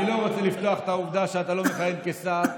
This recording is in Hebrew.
אני לא רוצה לפתוח את העובדה שאתה לא מכהן כשר,